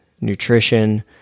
nutrition